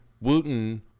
Wooten